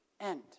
end